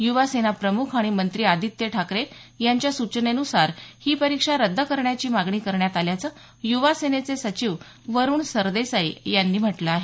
युवासेना प्रमुख आणि मंत्री आदित्य ठाकरे यांच्या सूचनेनुसार ही परीक्षा रद्द करण्याची मागणी करण्यात आल्याचं युवा सेनेचे सचिव वरुण सरदेसाई यांनी म्हटलं आहे